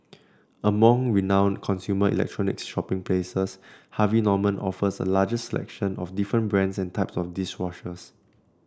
among renowned consumer electronic shopping places Harvey Norman offers a largest selection of different brands and types of dish washers